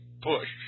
Push